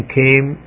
came